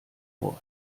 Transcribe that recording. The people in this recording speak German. wort